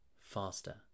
FASTER